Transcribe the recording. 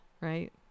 right